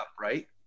right